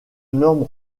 norme